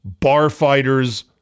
barfighters